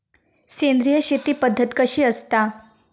सेंद्रिय शेती पद्धत कशी असता?